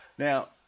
Now